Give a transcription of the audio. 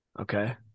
Okay